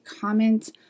comments